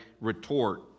retort